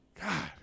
God